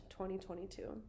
2022